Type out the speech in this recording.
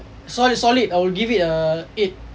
solid solid I'll give it a a eight